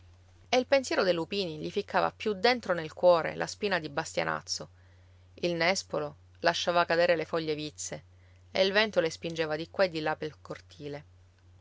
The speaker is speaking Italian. e il pensiero dei lupini gli ficcava più dentro nel cuore la spina di bastianazzo il nespolo lasciava cadere le foglie vizze e il vento le spingeva di qua e di là pel cortile